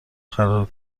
قرار